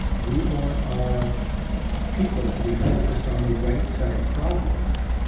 we want our people to be focused on the right set of problems.